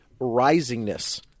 risingness